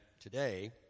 today